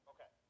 Okay